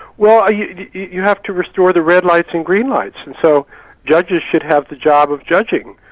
well you you have to restore the red lights and green lights, and so judges should have the job of judging.